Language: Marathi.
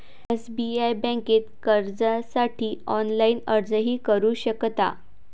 एस.बी.आय बँकेत कर्जासाठी ऑनलाइन अर्जही करू शकता